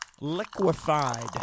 Liquefied